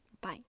Bye